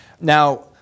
now